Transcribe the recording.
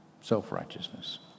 self-righteousness